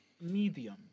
medium